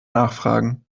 nachfragen